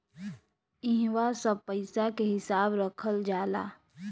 इहवा सब पईसा के हिसाब रखल जाला